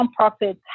nonprofits